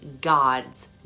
God's